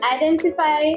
identify